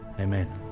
amen